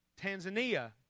Tanzania